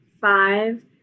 five